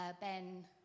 Ben